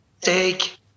take